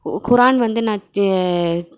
குரான் வந்து நான்